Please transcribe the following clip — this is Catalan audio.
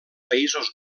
països